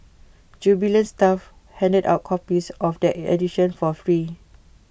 jubilant staff handed out copies of that edition for free